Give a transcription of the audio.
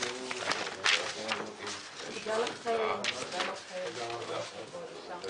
ננעלה בשעה